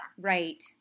Right